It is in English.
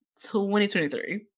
2023